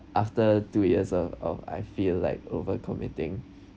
after two years of of I feel like over committing